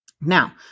Now